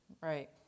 Right